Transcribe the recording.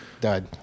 died